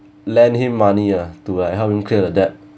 lend him money ah to like help me clear the debt